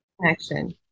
Connection